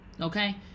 Okay